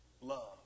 Love